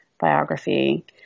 biography